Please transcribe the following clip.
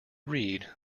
read